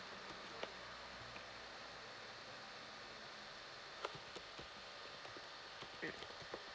mm